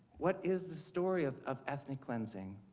what is the story of of ethnic cleanseing?